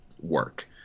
work